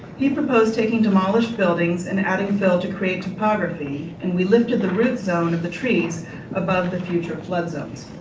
he proposed taking demolished buildings and adding fill to create topography and we lifted the root zone of the trees above the future flood zones.